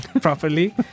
properly